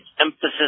emphasis